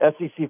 SEC